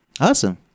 Awesome